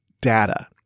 data